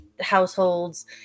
households